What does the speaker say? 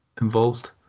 involved